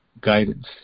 guidance